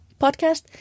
podcast